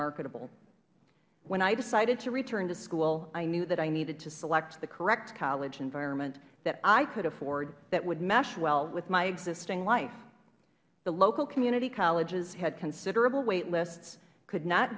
marketable when i decided to return to school i knew that i needed to select the correct college environment that i could afford that would mesh well with my existing life the local community colleges had considerable wait lists could not